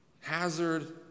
Hazard